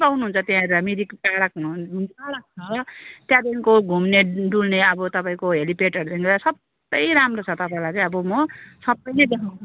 पाउनुहुन्छ त्यहाँनिर मिरिक पार्क हुन पार्क छ त्यहाँदेखिको घुम्ने डुल्ने अब तपाईँको हेलिप्याडहरूदेखिको लिएर सबै राम्रो छ तपाईँलाई चाहिँ अब म सबै नै देखाउँछु